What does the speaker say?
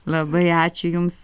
labai ačiū jums